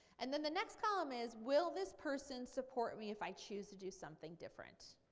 and then then next column is will this person support me if i choose to do something different?